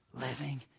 living